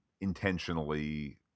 intentionally